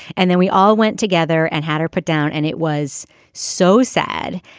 and then we all went together and had her put down and it was so sad.